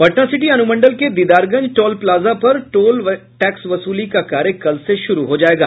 Patna city अनुमंडल के Didarganj toll plaza पर टोल टैक्स वसूली का कार्य कल से शुरू हो जायेगा